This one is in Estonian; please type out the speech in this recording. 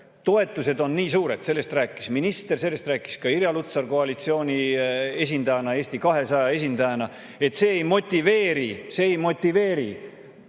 toetused on nii suured – sellest rääkis minister, sellest rääkis ka Irja Lutsar koalitsiooni esindajana, Eesti 200 esindajana –, et see ei motiveeri lasterikaste